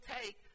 take